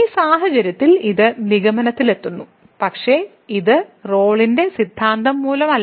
ഈ സാഹചര്യത്തിൽ ഇത് നിഗമനത്തിലെത്തുന്നു പക്ഷേ ഇത് റോളിന്റെ സിദ്ധാന്തം മൂലമല്ല